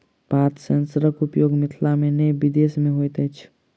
पात सेंसरक उपयोग मिथिला मे नै विदेश मे होइत अछि